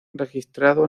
registrado